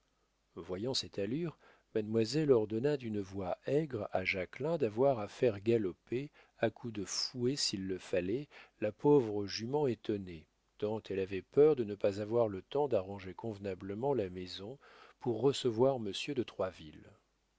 voyant cette allure mademoiselle ordonna d'une voix aigre à jacquelin d'avoir à faire galoper à coups de fouet s'il le fallait la pauvre jument étonnée tant elle avait peur de ne pas avoir le temps d'arranger convenablement la maison pour recevoir monsieur de